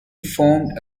formed